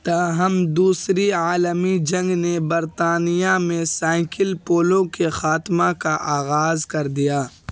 تاہم دوسری عالمی جنگ نے برطانیہ میں سائینکل پولو کے خاتمہ کا آغاز کر دیا